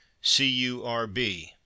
C-U-R-B